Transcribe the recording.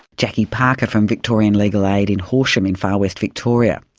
jacqui parker from victorian legal aid in horsham, in far west victoria.